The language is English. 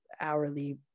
hourly